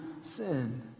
Sin